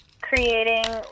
creating